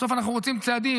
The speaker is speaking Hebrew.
בסוף אנחנו רוצים צעדים